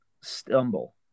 stumble